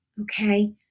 okay